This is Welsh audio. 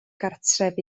gartref